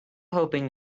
hoping